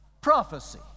prophecy